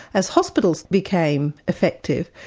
as hospitals became effective,